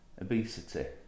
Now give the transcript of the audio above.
obesity